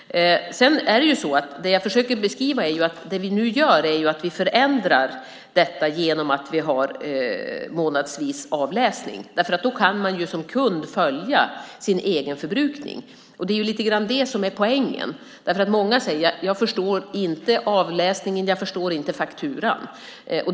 Det som jag försöker beskriva är att vi nu förändrar detta genom att det ska ske månadsvis avläsning. Då kan man som kund följa sin egen förbrukning. Det är lite grann det som är poängen. Många säger att de inte förstår avläsningen och att de inte förstår fakturan.